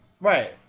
right